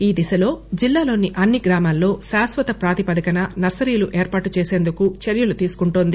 ఈ దిశలో జిల్లాలోని అన్ని గ్రామాల్లో శాశ్వత ప్రాతిపదికన నర్సరీలు ఏర్పాటు చేసేందుకు చర్యలు తీసుకొంటోంది